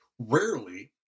rarely